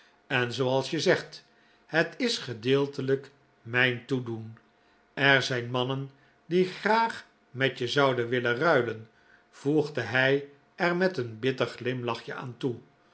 en zooals je zegt het is gedeeltelijk mijn toedoen er zijn mannen die graag met je zouden willen ruilen voegde hij er met een bitter glimlachje aan toe